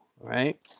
right